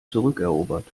zurückerobert